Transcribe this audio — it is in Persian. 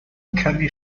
کمی